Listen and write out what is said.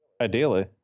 Ideally